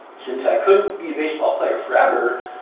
since i couldn't be a baseball player forever,